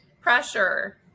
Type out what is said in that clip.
pressure